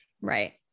right